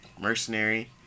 mercenary